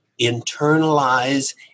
internalize